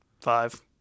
Five